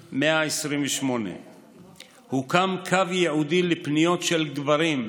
055-7000128. הוקם קו ייעודי לפניות של גברים,